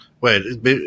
wait